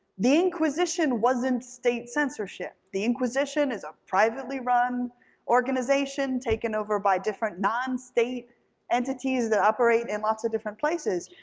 the inquisition wasn't state censorship. the inquisition is a privately run organization, taken over by different non-state entities, that operate in lots of different places.